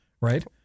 right